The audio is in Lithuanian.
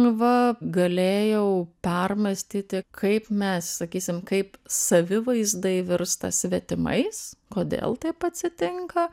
va galėjau permąstyti kaip mes sakysim kaip savivaizdai virsta svetimais kodėl taip atsitinka